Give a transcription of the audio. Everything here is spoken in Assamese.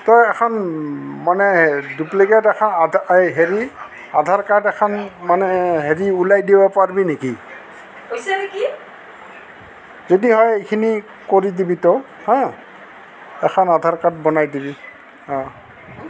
তই এখন মানে ডুপ্লিকেট এখন আধ এই হেৰি আধাৰ কাৰ্ড এখন মানে হেৰি ওলাই দিব পাৰিবি নেকি যদি হয় এইখিনি কৰি দিবি তো হা এখন আধাৰ কাৰ্ড বনাই দিবি অঁ